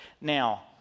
Now